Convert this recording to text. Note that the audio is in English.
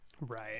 Right